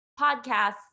podcasts